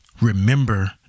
remember